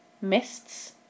mists